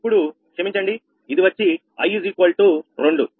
ఇప్పుడు క్షమించండి ఇది వచ్చి i 2